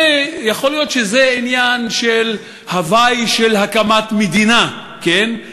ויכול להיות שזה עניין של הווי של הקמת מדינה, כן?